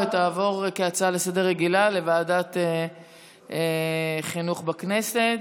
ותעבור כהצעה רגילה לסדר-היום לוועדת החינוך בכנסת.